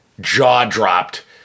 jaw-dropped